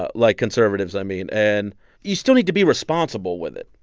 ah like, conservatives, i mean. and you still need to be responsible with it.